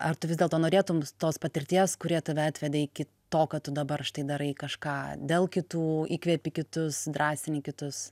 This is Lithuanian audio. ar tu vis dėlto norėtum tos patirties kuri tave atvedė iki to ką tu dabar štai darai kažką dėl kitų įkvepi kitus drąsini kitus